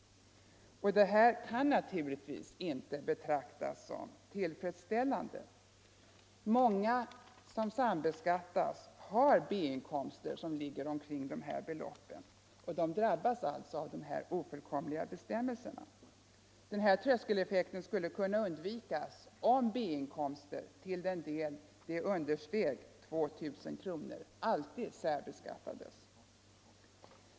Detta kan naturligtvis inte betraktas som tillfredsställande. Många som sambeskattas har B-inkomster uppgående till ungefär dessa belopp och drabbas av de ofullkomliga bestämmelserna. Denna tröskeleffekt skulle kunna undvikas om B-inkomster till den del de understeg 2 000 kronor alltid särbeskattades.